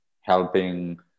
helping